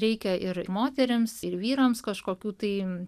reikia ir moterims ir vyrams kažkokių tai